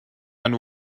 and